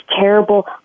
terrible